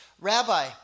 rabbi